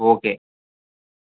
okay